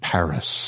Paris